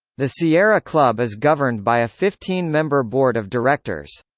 the sierra club is governed by a fifteen member board of directors.